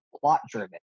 plot-driven